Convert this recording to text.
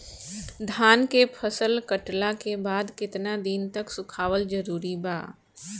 धान के फसल कटला के बाद केतना दिन तक सुखावल जरूरी बा?